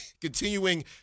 continuing